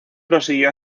prosiguió